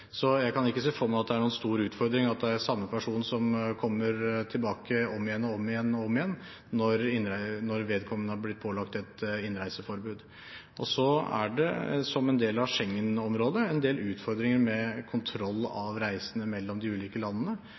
Så jeg kan ikke se for meg at det er noen stor utfordring at det er den samme personen som kommer tilbake om igjen og om igjen og om igjen, når vedkommende har blitt pålagt et innreiseforbud. Schengen-området – som Norge er en del av – har en del utfordringer med kontroll av reisende mellom de ulike landene.